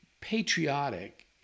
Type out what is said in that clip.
patriotic